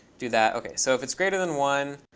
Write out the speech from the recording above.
do that, ok. so if it's greater than one,